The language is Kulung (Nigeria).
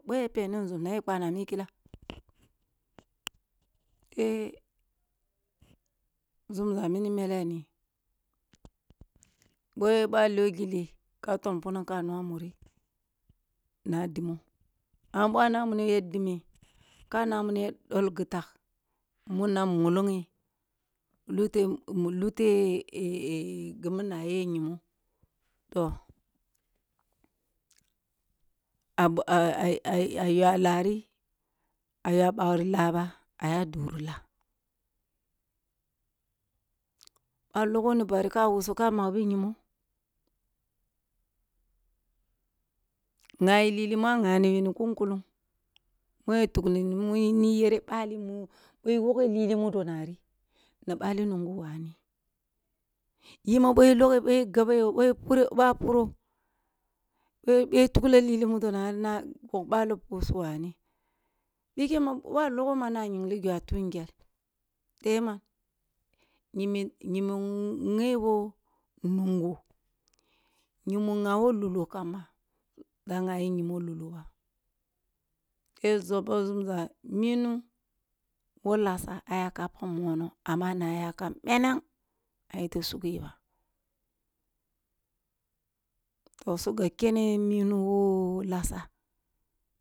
Boh ya peni nzum nay a pika a mi kaka the zumza mini lele nib oh yoh boh a liyo gilli ka tong punam ka nu a muri, na a dino amma boh a nama ya din ka na ma ya bol gitag muna molong ye luteh gi mins ye nyimo, toh ah ah yu a lari ayu bogin lah ba a ya a lari a yu bagin lah ba a ya duru la, boh a logoh ni bari ka wusu ka naghi nyimo ngayi ha mu ngabi ni kun kullung mu yi tugh muyera bali boh wo geh lili mudonari, na bali nungn waneh yima boh i logey boh i gabeh boh a puro, boh i tugu lili udonari na wigh balo pusu wane noke ma boh a logoh ka nyigi tun gel tobeh man nyimo nyebo nun go nyimoh ngebo lulo ubeh doboh zumza minu who lassa ayeka pak mono amin ana ayakam kpenen ayeh sugeh ba. Toh, su gab kene inu who lassa